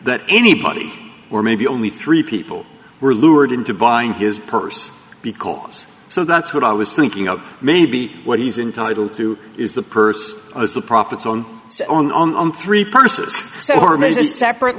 that anybody or maybe only three people were lured into buying his purse because so that's what i was thinking of maybe what he's entitled to is the purse as the profits on so on the three purses s